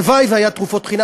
הלוואי שהיו תרופות חינם,